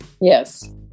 Yes